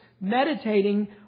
meditating